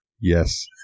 yes